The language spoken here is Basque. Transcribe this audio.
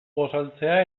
gosaltzea